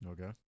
Okay